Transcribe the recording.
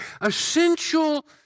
essential